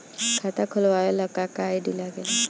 खाता खोलवावे ला का का आई.डी लागेला?